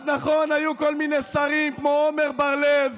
אז נכון, היו כל מיני שרים, כמו עמר בר לב,